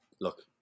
look